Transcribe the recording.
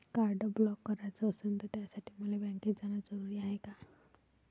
Card block कराच असनं त त्यासाठी मले बँकेत जानं जरुरी हाय का?